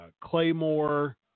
Claymore